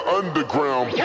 underground